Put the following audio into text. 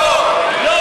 לא, לא.